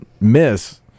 miss